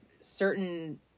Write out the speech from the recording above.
certain